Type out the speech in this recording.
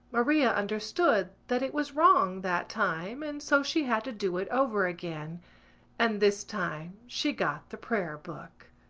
maria understood that it was wrong that time and so she had to do it over again and this time she got the prayer-book.